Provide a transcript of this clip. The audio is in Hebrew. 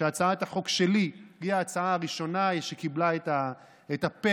שהצעת החוק שלי היא ההצעה הראשונה שקיבלה את ה-פ',